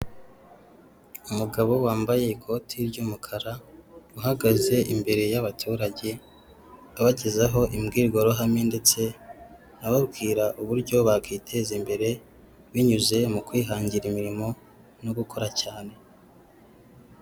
Umugabo wambaye ikoti ry'umukara, uhagaze imbere y'abaturage abagezaho imbwirwaruhame ndetse ababwira uburyo bakiteza imbere binyuze mu kwihangira imirimo no gukora cyane.